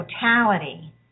totality